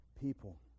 people